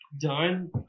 done